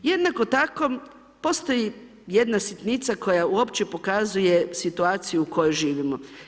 Jednako tako, postoji jedna sitnica koja uopće pokazuje situaciju u kojoj živimo.